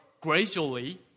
gradually